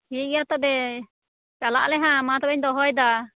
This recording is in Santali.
ᱴᱷᱤᱠ ᱜᱮᱭᱟ ᱛᱚᱵᱮ ᱪᱟᱞᱟᱜ ᱟᱞᱮ ᱦᱟᱸᱜ ᱢᱟ ᱛᱚᱵᱮᱧ ᱫᱚᱦᱚᱭ ᱫᱟ